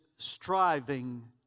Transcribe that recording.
striving